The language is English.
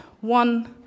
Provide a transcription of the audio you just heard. one